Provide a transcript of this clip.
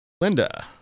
Linda